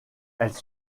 elle